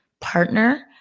partner